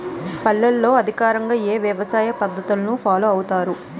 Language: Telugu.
పల్లెల్లో అధికంగా ఏ వ్యవసాయ పద్ధతులను ఫాలో అవతారు?